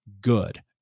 Good